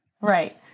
Right